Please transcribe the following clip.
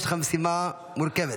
יש לך משימה מורכבת.